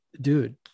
dude